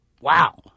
wow